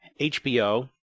HBO